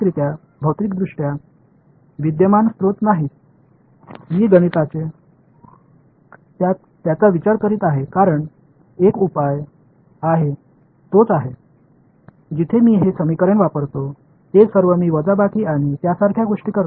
நான் கணித ரீதியாக அவற்றை பற்றி யோசித்துக்கொண்டிருக்கிறேன் தீர்வு ஒரே மாதிரியானது அங்கு நான் இந்த சமன்பாட்டைப் பயன்படுத்துகிறேன் நான் செய்ததெல்லாம் கழித்தல் மற்றும் அந்த போன்றவற்றைச் சேர்ப்பதுதான்